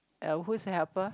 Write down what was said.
uh who's the helper